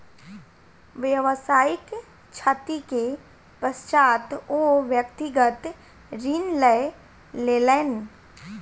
व्यावसायिक क्षति के पश्चात ओ व्यक्तिगत ऋण लय लेलैन